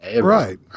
Right